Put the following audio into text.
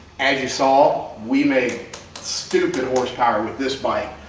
as you saw, we made stupid horsepower with this bike.